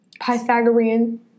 Pythagorean